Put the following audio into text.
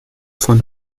von